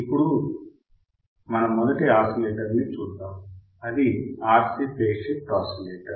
ఇప్పుడు మన మొదటి ఆసిలేటర్ ని చూద్దాం అది RC ఫేజ్ షిఫ్ట్ ఆసిలేటర్